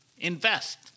invest